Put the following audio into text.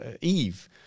Eve